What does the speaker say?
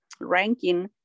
ranking